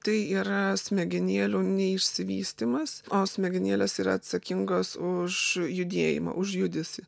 tai yra smegenėlių neišsivystymas o smegenėlės yra atsakingos už judėjimą už judesį